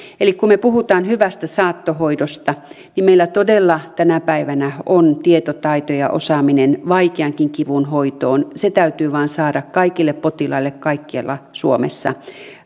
eli kun me puhumme hyvästä saattohoidosta niin meillä todella tänä päivänä on tietotaito ja osaaminen vaikeankin kivun hoitoon se täytyy vain saada kaikille potilaille kaikkialla suomessa